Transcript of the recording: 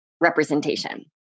representation